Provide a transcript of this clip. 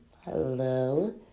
hello